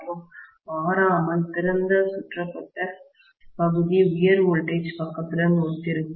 மற்றும் மாறாமல் திறந்த சுற்றப்பட்ட பகுதி உயர் வோல்டேஜ் பக்கத்துடன் ஒத்திருக்கும்